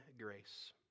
grace